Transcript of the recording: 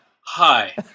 hi